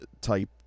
type